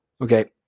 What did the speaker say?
Okay